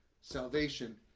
salvation